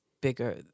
bigger